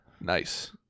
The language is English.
nice